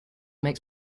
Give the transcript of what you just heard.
makes